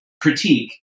critique